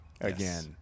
again